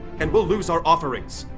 and we'll lose our offerings,